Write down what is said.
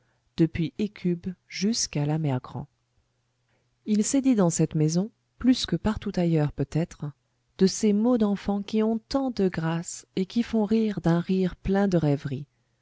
depuis hécube jusqu'à la mère-grand il s'est dit dans cette maison plus que partout ailleurs peut-être de ces mots d'enfants qui ont tant de grâce et qui font rire d'un rire plein de rêverie